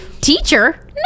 Teacher